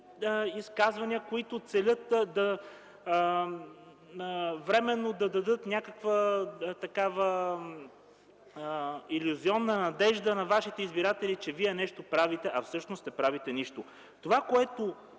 изказвания, които целят временно да дадат някаква илюзионна надежда на вашите избиратели, че вие нещо правите, а всъщност не правите нищо. Това, което